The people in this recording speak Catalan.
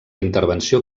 intervenció